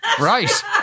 Right